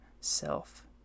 self